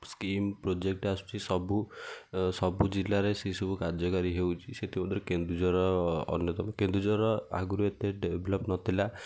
scheme project ଆସୁଛି ସବୁ ସବୁ ଜିଲ୍ଲାରେ ସେ ସବୁ କାର୍ଯ୍ୟକାରୀ ହେଉଛି ସେଥିମଧ୍ୟରୁ କେନ୍ଦୁଝର ଅନ୍ୟତମ କେନ୍ଦୁଝର ଆଗରୁ ଏତେ ଡେଭେଲୋପ୍ ନଥିଲା